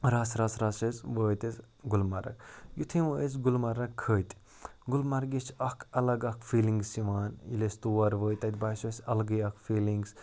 رَژھ رَژھ رَژھ چھِ أسۍ وٲتۍ أسۍ گُلمرٕگ یُتھُے وۄنۍ أسۍ گُلمرٕگ کھٔتۍ گُلمرگہِ چھِ اَکھ اَلگ اَکھ فیٖلِنٛگٕس یِوان ییٚلہِ أسۍ تور وٲتۍ تَتہِ باسیو اَسہِ اَلگٕے اَکھ فیٖلِنٛگٕس